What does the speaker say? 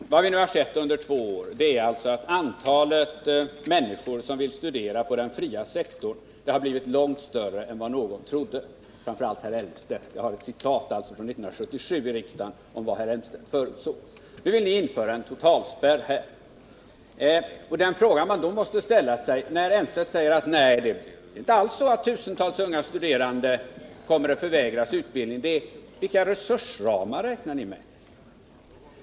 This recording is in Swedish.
Herr talman! Vad vi nu sett under två år är att det antal människor som vill 115 studera inom den fria sektorn blivit långt större än vad någon trodde — det gäller framför allt herr Elmstedt, där vi har citat från riksdagen från år 1977 om vad herr Elmstedt förutsåg. Nu vill ni införa en totalspärr. Men herr Elmstedt säger: Nej, det är inte alls så att tusentals unga studerande kommer att förvägras utbildning. Den fråga man då måste ställa sig är: Vilka resursramar räknar ni med?